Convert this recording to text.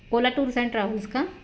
Ola tours and travels का